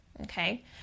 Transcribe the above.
Okay